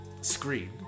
screen